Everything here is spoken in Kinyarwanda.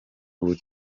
ubu